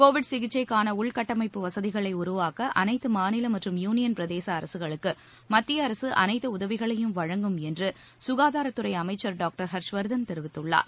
Covid சிகிச்சைக்கான உள்கட்டமைப்பு வசதிகளை உருவாக்க அனைத்து மாநில மற்றும் யூவியன் பிரதேச அரசுகளுக்கு மத்திய அரசு அனைத்து உதவிகளையும் வழங்கும் என்று சுகாதாரத்துறை அமைச்சர் டாக்டர் ஹர்ஷ்வர்தன் தெரிவித்துள்ளார்